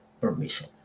permission